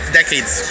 decades